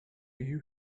you